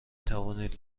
توانید